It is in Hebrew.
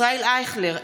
ישראל אייכלר,